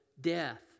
death